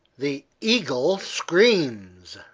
the eagle screams